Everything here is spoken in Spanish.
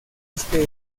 este